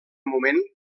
moment